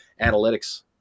analytics